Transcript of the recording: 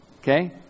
okay